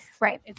Right